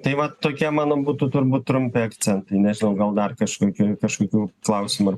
tai va tokie mano būtų turbūt trumpi akcentai nežinau gal dar kažkokių kažkokių klausimų ar